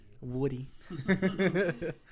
Woody